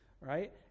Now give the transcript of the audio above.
right